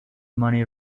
money